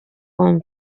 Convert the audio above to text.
one